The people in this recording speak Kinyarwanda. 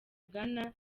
bwana